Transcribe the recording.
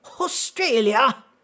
Australia